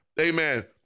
Amen